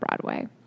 Broadway